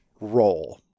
Roll